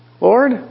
Lord